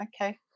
okay